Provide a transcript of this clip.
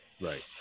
Right